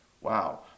Wow